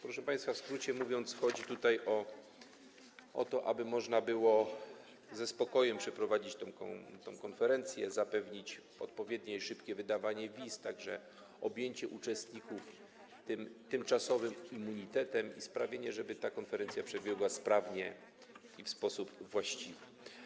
Proszę państwa, w skrócie mówiąc, chodzi tutaj o to, aby można było ze spokojem organizować tę konferencję, zapewnić odpowiednie i szybkie wydawanie wiz, a także objęcie uczestników tymczasowym immunitetem, i sprawić, żeby ta konferencja przebiegła sprawnie i w sposób właściwy.